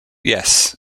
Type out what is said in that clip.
yes